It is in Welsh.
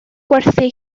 gwerthu